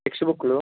text బుక్కులు